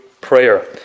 prayer